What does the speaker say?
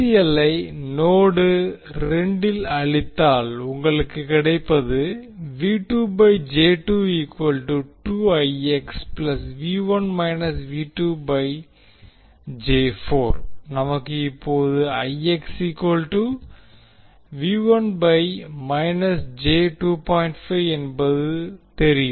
L I node 2 வில் அளித்தால் உங்களுக்கு கிடைப்பது நமக்கு இப்போது என்பதும் தெரியும்